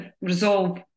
resolve